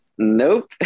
nope